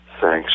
thanks